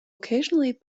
occasionally